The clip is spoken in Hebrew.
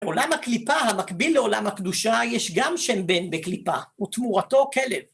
עולם הקליפה, המקביל לעולם הקדושה, יש גם שם בן בקליפה ותמורתו כלב.